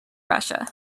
russia